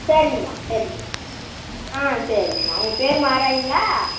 சரிங்கம்மா சரிங்கம்மா ம் சரிங்கம்மா உங்கள் பேர் மாராயிங்களா